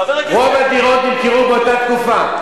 חבר הכנסת, רוב הדירות נמכרו באותה תקופה.